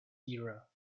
era